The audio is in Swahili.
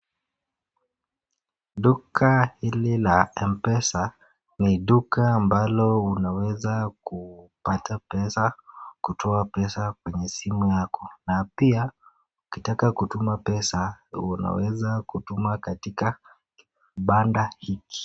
Duka hili la Mpesa ni duka ambalo unaweza kupata pesa , kutoa pesa kwenye simu yako na pia ukitaka kutuma pesa unaweza kutuma katika kibanda hiki.